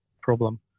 problem